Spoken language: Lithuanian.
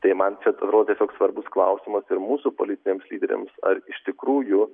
tai man čia atrodo tiesiog svarbus klausimas ir mūsų politiniams lyderiams ar iš tikrųjų